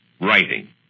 writing